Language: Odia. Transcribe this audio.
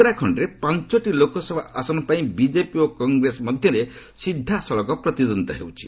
ଉତ୍ତରାଖଣ୍ଡରେ ପାଞ୍ଚଟି ଲୋକସଭା ଆସନ ପାଇଁ ବିଜ୍ଜେପି ଓ କଂଗ୍ରେସ ମଧ୍ୟରେ ସିଧାସଳଖ ପ୍ରତିଦ୍ୱଦ୍ୱିତା ହେଉଛି